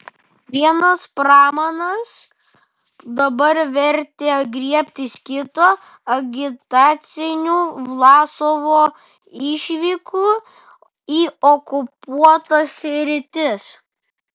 vienas pramanas dabar vertė griebtis kito agitacinių vlasovo išvykų į okupuotas sritis